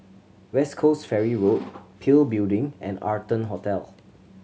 West Coast Ferry Road PIL Building and Arton Hotel